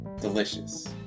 Delicious